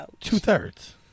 two-thirds